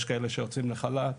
יש כאלה שיוצאים לחל"ת,